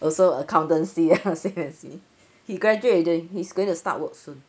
also accountancy ah same as me he graduate already he's going to start work soon